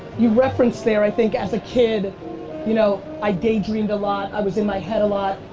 you referenced there i think as a kid you know i daydreamed a lot, i was in my head a lot.